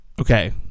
okay